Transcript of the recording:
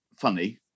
funny